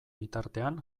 bitartean